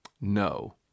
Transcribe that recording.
No